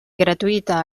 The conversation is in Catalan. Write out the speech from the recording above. gratuïta